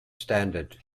standard